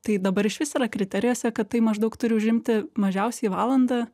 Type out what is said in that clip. tai dabar išvis yra kriterijuose kad tai maždaug turi užimti mažiausiai valandą